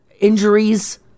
Injuries